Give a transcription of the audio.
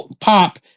pop